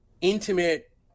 intimate